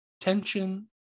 Tension